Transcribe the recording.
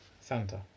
Santa